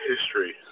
history